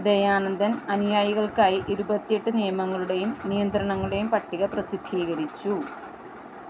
ദയാനന്ദൻ അനുയായികൾക്കായി ഇരുപത്തിയെട്ട് നിയമങ്ങളുടെയും നിയന്ത്രണങ്ങളുടെയും പട്ടിക പ്രസിദ്ധീകരിച്ചു